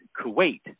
Kuwait